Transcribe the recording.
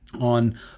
on